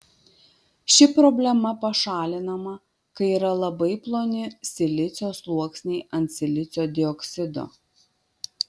ši problema pašalinama kai yra labai ploni silicio sluoksniai ant silicio dioksido